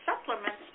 supplements